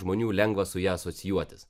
žmonių lengva su ja asocijuotis